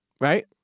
right